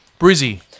Brizzy